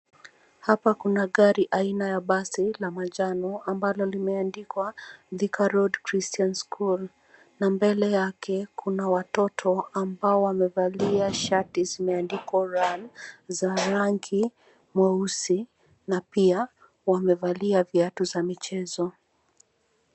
Hapa kuna gari la aina ya basi la manjano, ambalo limeandikwa Thika Road Christian School, na mbele yake kuna watoto ambao wamevalia shati zimeandikwa run za rangi mweusi na pia wamevalia viatu za michezo.